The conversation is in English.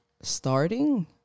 Starting